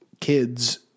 kids